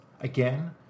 Again